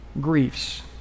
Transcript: griefs